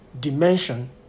dimension